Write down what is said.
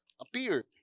appeared